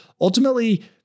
Ultimately